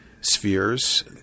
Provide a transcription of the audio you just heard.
spheres